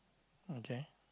okay